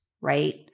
right